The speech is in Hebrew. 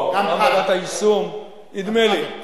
גם ועדת היישום, נדמה לי,